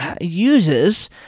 uses